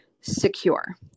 secure